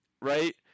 right